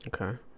Okay